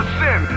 sin